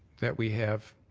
that we have